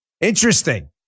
Interesting